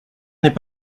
n’est